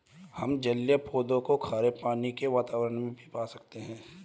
हम जलीय पौधों को खारे पानी के वातावरण में भी पा सकते हैं